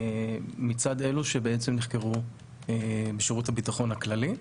מצד אלו שבעצם נחקרו בשרות הביטחון הכללי.